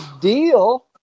deal